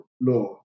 law